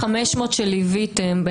ה-500 שליוויתם,